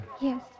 Yes